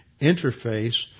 interface